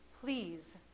Please